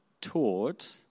taught